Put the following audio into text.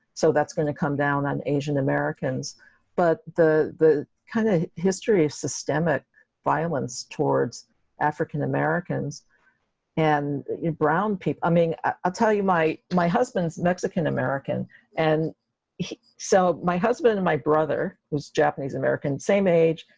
so that's going to come down on asian americans but the the kind of history of systemic violence towards african americans and brown people i mean, i'll tell you my my husband's mexican american and so my husband and my brother, who's japanese american, same age,